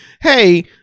hey